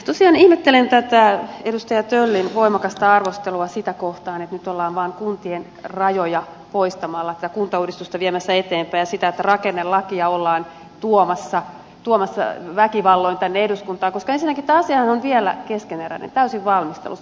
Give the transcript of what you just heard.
tosiaan ihmettelen tätä edustaja töllin voimakasta arvostelua sitä kohtaan että nyt ollaan vaan kuntien rajoja poistamalla tätä kuntauudistusta viemässä eteenpäin ja sitä että rakennelakia ollaan tuomassa väkivalloin tänne eduskuntaan koska ensinnäkin tämä asiahan on vielä keskeneräinen täysin valmistelussa